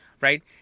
Right